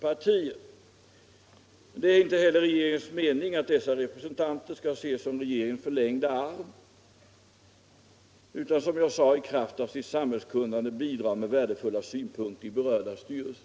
Det är inte heller regeringens mening att dessa representanter skall ses som regeringens förlängda arm, utan avsikten är att de, som jag sade, i kraft av sitt samhällskunnande skall kunna bidra med värdefulla synpunkter i berörda styrelser.